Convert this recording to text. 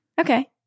Okay